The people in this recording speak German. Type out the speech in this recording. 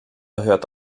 hört